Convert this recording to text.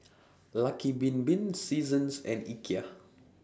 Lucky Bin Bin Seasons and Ikea